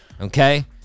Okay